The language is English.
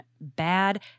bad